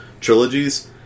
trilogies